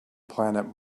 planet